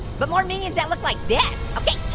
but more minions that look like this. okay,